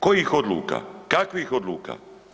Kojih odluka, kakvih odluka?